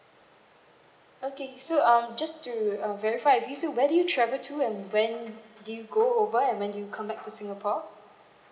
okay so um just to verify with you where do you travel to and when do you go over and when do you come back to singapore err